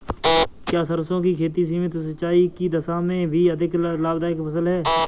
क्या सरसों की खेती सीमित सिंचाई की दशा में भी अधिक लाभदायक फसल है?